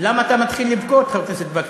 למה אתה מתחיל לבכות, חבר הכנסת וקנין?